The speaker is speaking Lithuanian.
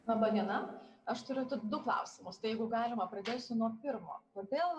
laba diena aš turiu tik du klausimus tai jeigu galima pradėsiu nuo pirmo kodėl